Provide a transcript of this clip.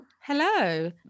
Hello